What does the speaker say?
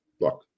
look